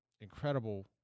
incredible